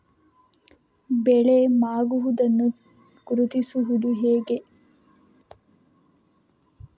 ಬೆಳೆ ಮಾಗುವುದನ್ನು ಗುರುತಿಸುವುದು ಹೇಗೆ?